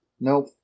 Nope